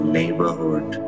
neighborhood